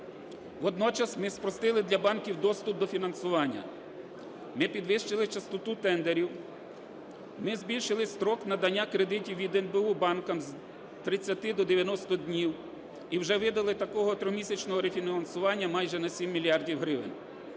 Водночас ми спростили для банків доступ до фінансування. Ми підвищили частоту тендерів. Ми збільшили строк надання кредитів від НБУ банкам з 30 до 90 днів і вже видали такого тримісячного рефінансування майже на 7 мільярдів